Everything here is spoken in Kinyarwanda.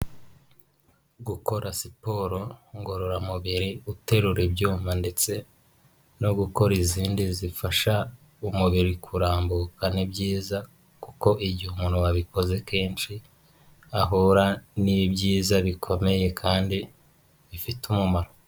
Gukora siporo ngororamubiri, guterura ibyuma ndetse no gukora izindi zifasha umubiri kurambuka ni byiza kuko igihe umuntu wabikoze kenshi ahura n'ibyiza bikomeye kandi bifite umumaro.